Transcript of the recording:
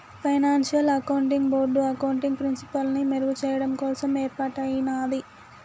financial accounting board accounting ప్రిన్సిపల్స్ని మెరుగుచెయ్యడం కోసం యేర్పాటయ్యినాది